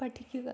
പഠിക്കുക